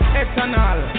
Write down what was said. eternal